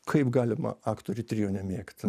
kaip galima aktorių trio nemėgt